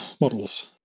models